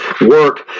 work